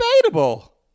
debatable